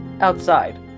outside